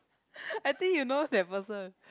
I think you knows that person